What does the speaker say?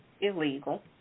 illegal